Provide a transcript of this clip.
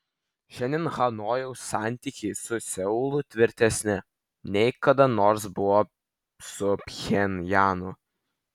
šiandien hanojaus santykiai su seulu tvirtesni nei kada nors buvo su pchenjanu